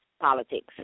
politics